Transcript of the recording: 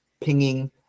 pinging